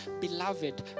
beloved